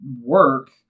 work